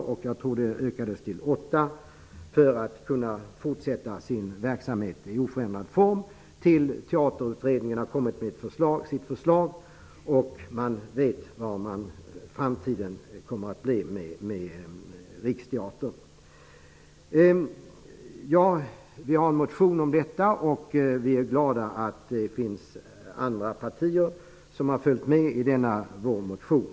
Jag tror dock att det beloppet ökats till 8 miljoner för att man i oförändrad form skall kunna fortsätta med sin verksamhet fram till dess att Teaterutredningen har presenterat sitt förslag och det är bekant hur framtiden kommer att te sig för Riksteatern. Vi har alltså väckt en motion i detta sammanhang, och vi är glada över att andra partier har följt med när det gäller denna vår motion.